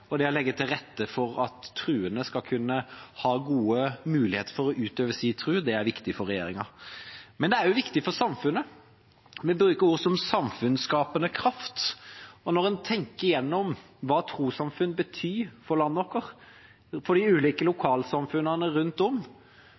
og det å legge til rette for at troende skal kunne ha gode muligheter for å utøve sin tro, er viktig for regjeringa. Men det er også viktig for samfunnet. Vi bruker ord som «samfunnsskapende kraft». Når en tenker gjennom hva trossamfunn betyr for landet vårt, for de ulike lokalsamfunnene rundt om,